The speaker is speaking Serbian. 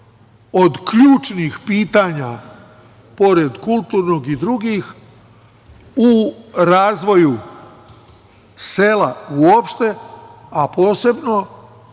od ključnih pitanja, pored kulturnog i drugih, u razvoju sela uopšte, a posebno